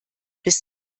bis